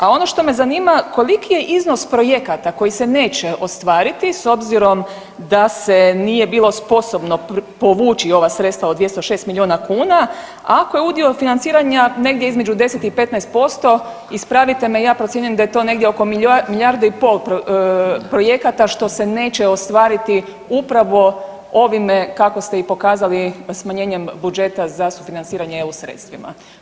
A ono što me zanima koliki je iznos projekata koji se neće ostvariti s obzirom da se nije bilo sposobno povući ova sredstva od 206 milijuna kuna, ako je udio financiranja negdje između 10 i 15% ispravite me, ja procjenjujem da je to negdje oko milijardu i pol projekata što se neće ostvariti upravo ovime kako ste i pokazali smanjenjem budžeta za sufinanciranje eu sredstvima.